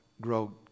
grow